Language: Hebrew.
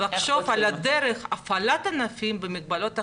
לחשוב על דרך הפעלת הענפים במגבלות הקורונה.